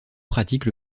pratiquent